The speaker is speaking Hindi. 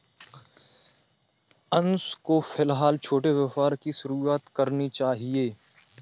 अंशु को फिलहाल छोटे व्यापार की शुरुआत करनी चाहिए